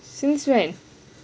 since when